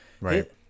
right